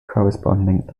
corresponding